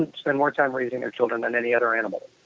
and spend more time raising their children than any other animal.